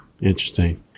Interesting